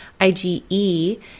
IgE